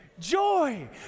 Joy